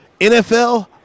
NFL